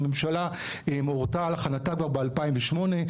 הממשלה הורתה על הכנתה כבר ב-2008,